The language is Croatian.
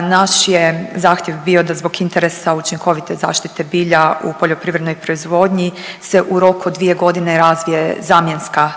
Naš je zahtjev bio da zbog interesa učinkovite zaštite bilja u poljoprivrednoj proizvodnji se u roku od 2 godine razvije zamjenska tvar